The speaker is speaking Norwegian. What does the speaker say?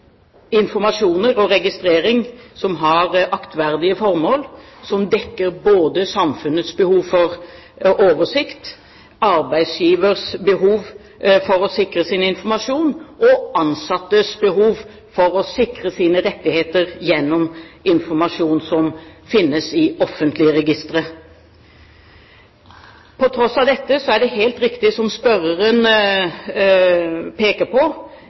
informasjoner og registrering som har aktverdige formål, som dekker både samfunnets behov for oversikt, arbeidsgivers behov for å sikre sin informasjon og ansattes behov for å sikre sine rettigheter gjennom informasjon som finnes i offentlige registre. På tross av dette er det helt riktig som spørreren peker på: